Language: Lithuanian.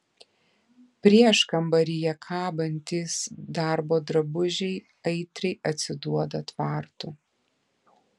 prieškambaryje kabantys darbo drabužiai aitriai atsiduoda tvartu